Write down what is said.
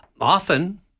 often